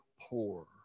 poor